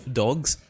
dogs